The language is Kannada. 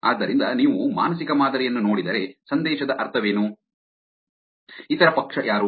ಆದ್ದರಿಂದ ನೀವು ಮಾನಸಿಕ ಮಾದರಿಯನ್ನು ನೋಡಿದರೆ ಸಂದೇಶದ ಅರ್ಥವೇನು ಇತರ ಪಕ್ಷ ಯಾರು